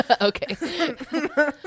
okay